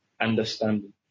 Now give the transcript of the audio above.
understanding